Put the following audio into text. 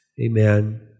Amen